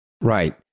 Right